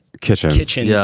kitchen, kitchen, yeah